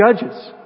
judges